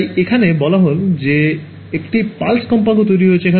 তাই এখানে বলা হয় যে একটি pulse কম্পাঙ্ক তৈরি হয়েছে